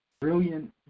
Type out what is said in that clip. Brilliant